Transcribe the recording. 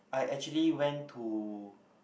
I actually went to